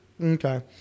okay